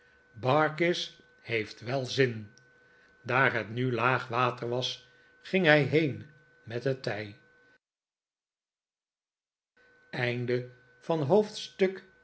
barkis heeft wel zin daar het nu laag water was ging hij heen met het tij hoofdstuk